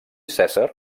cèsar